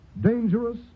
dangerous